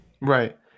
Right